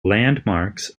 landmarks